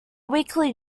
weekly